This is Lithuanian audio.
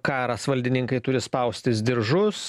karas valdininkai turi spaustis diržus